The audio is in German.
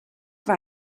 war